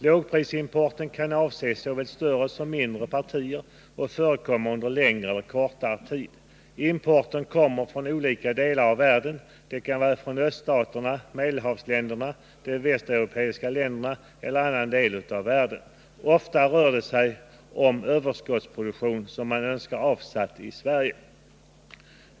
Lågprisimporten kan avse såväl större som mindre partier och förekomma under längre eller kortare tid. Importen kommer från olika delar av världen. Det kan vara öststaterna, Medelhavsländerna, de västeuropeiska länderna eller någon annan del av världen. Ofta rör det sig om överskottsproduktion som man önskar avsatt i Sverige.